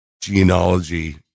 Genealogy